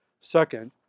Second